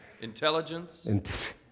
Intelligence